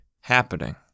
happening